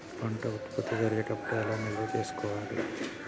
పంట ఉత్పత్తి జరిగేటప్పుడు ఎలా నిల్వ చేసుకోవాలి?